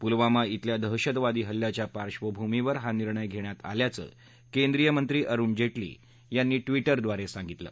पुलवामा िब्रेल्या दहशतवादी हल्ल्याच्या पार्श्वभूमीवर हा निर्णय घेण्यात आल्याचं केंद्रीय मंत्री अरुण जेटली यांनी ट्विटरद्वारे सांगितलं